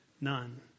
None